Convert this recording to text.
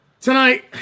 Tonight